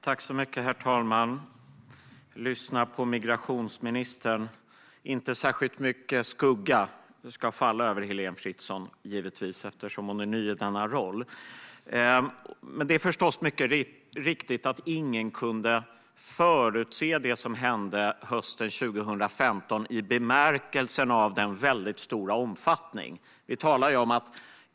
Herr talman! Jag lyssnar på migrationsministern. Givetvis ska inte särskilt mycket skugga falla över Heléne Fritzon, eftersom hon är ny i denna roll. Det är förstås mycket riktigt att ingen kunde förutse det som hände hösten 2015 i bemärkelsen av den väldigt stora omfattningen.